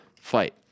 fight